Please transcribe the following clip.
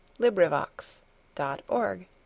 LibriVox.org